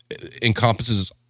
encompasses